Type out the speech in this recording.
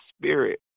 spirit